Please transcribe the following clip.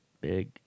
Big